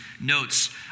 notes